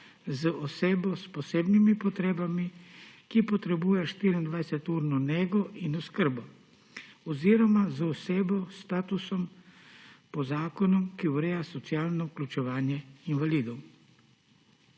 z osebo s posebnimi potrebami, ki potrebuje 24-urno nego in oskrbo oziroma z osebo s statusom po zakonu, ki ureja socialno vključevanje invalidov.